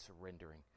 surrendering